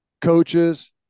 coaches